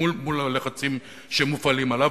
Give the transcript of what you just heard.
מול הלחצים שמופעלים עליו,